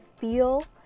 feel